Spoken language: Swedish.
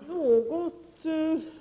Herr talman! Den något